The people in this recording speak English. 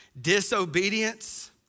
Disobedience